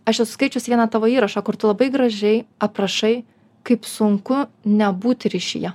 aš esu skaičius vieną tavo įrašą kur tu labai gražiai aprašai kaip sunku nebūti ryšyje